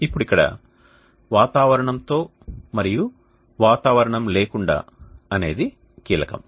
ఇప్పుడు ఇక్కడ వాతావరణంతో మరియు లేకుండా అనేది కీలకం